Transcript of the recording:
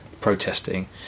protesting